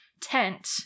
tent